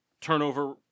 turnover